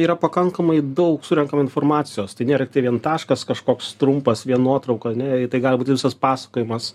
yra pakankamai daug surenkam informacijos tai nėra vien taškas kažkoks trumpas vien nuotrauka ne tai gali būti visas pasakojimas